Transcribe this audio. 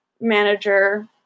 manager